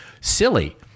silly